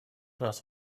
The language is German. das